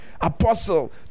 Apostle